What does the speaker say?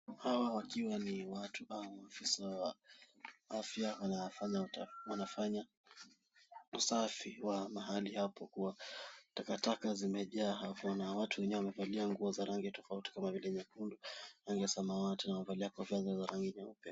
Watu hawa wakiwa ni aafisa wa afya wanafanya usafi wa mahali hapo na takataka zimejaa hapo na watu wenyewe wamevalia nguo za rangi ya tofauti kama vile nyekundu na samawati na wamevalia kofia zilizo za rangi nyeupe.